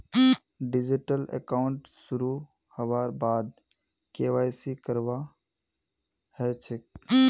digital account शुरू हबार बाद के.वाई.सी करवा ह छेक